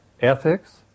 ethics